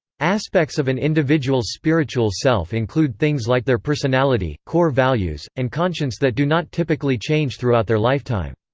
aspects of an individual's spiritual self include things like their personality, core values, and conscience that do not typically change throughout their lifetime.